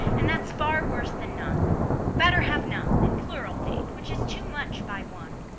and that's far worse than none better have none than plural faith, which is too much by one.